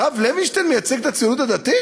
הרב לוינשטיין מייצג את הציונות הדתית,